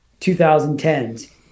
2010s